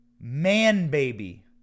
man-baby